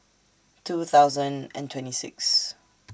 two thousand and twenty six